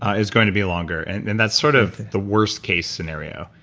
is going to be longer and and that's sort of the worst-case scenario.